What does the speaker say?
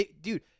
dude